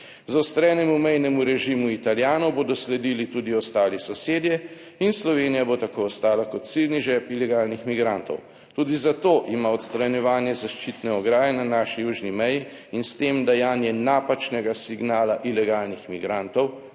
Zaostrenemu mejnemu režimu Italijanov bodo sledili tudi ostali sosedje in Slovenija bo tako ostala kot ciljni žep ilegalnih migrantov. Tudi zato ima odstranjevanje zaščitne ograje na naši južni meji in s tem dajanje napačnega signala ilegalnih migrantov,